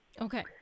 Okay